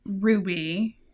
Ruby